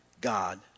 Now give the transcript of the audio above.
God